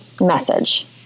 message